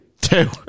Two